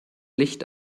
licht